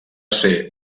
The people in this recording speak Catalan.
ser